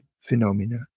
phenomena